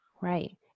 Right